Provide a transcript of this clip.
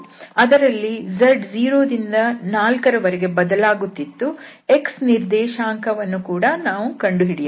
ಅದರಲ್ಲಿ z 0 ದಿಂದ 4 ರ ವರೆಗೆ ಬದಲಾಗುತ್ತಿತ್ತು x ನಿರ್ದೇಶಾಂಕವನ್ನು ಕೂಡ ನಾವು ಕಂಡುಹಿಡಿಯಬಹುದು